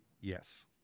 Yes